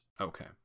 okay